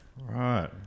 Right